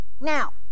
Now